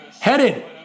Headed